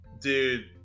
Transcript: Dude